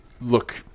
look